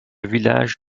village